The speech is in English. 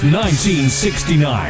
1969